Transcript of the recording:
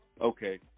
Okay